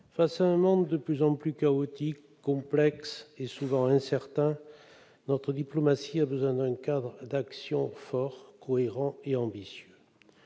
Face à un monde de plus en plus chaotique, complexe et souvent incertain, notre diplomatie a besoin d'un cadre d'action fort, cohérent et ambitieux.